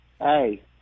Hey